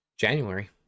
January